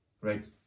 Right